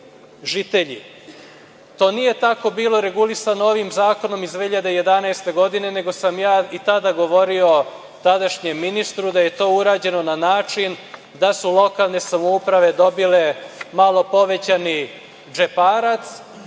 To nije tako bilo regulisano ovim zakonom iz 2011. godine, nego sam ja i tada govorio tadašnjem ministru da je to uređeno na način da su lokalne samouprave dobile malo povećani džeparac